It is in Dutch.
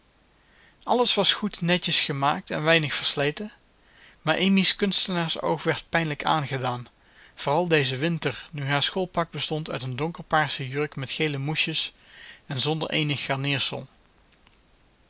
alles was goed netjes gemaakt en weinig versleten maar amy's kunstenaarsoog werd pijnlijk aangedaan vooral dezen winter nu haar schoolpak bestond uit een donker paarse jurk met gele moesjes en zonder eenig garneersel